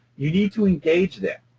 you need to engage them.